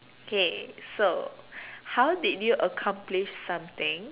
okay so how did you accomplish something